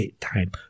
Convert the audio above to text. time